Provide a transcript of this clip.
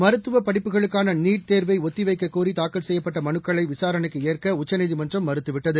மருத்துவ படிப்புகளுக்கான நீட் தேர்வை ஒத்தி வைக்கக் கோரி தாக்கல் செய்யப்பட்ட மனுக்களை விசாரணைக்கு ஏற்க உச்சநீதிமன்றம் மறுத்துவிட்டது